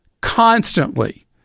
constantly